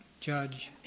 judge